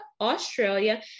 Australia